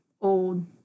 old